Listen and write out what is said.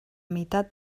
meitat